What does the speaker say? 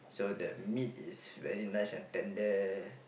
so the meat is very nice and tender